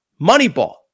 Moneyball